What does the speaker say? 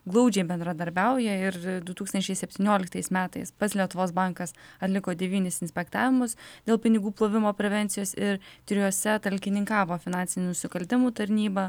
glaudžiai bendradarbiauja ir du tūkstančiai septynioliktais metais pats lietuvos bankas atliko devynis inspektavimus dėl pinigų plovimo prevencijos ir trijuose talkininkavo finansinių nusikaltimų tarnyba